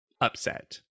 upset